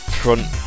front